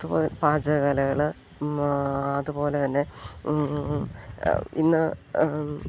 അതു പോലെ പാചക കലകൾ അതു പോലെ തന്നെ ഇന്ന്